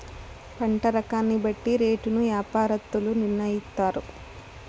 పంట రకాన్ని బట్టి రేటును యాపారత్తులు నిర్ణయిత్తారు